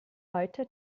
heute